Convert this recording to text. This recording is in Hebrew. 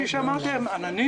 כפי שאמרתי: עננים,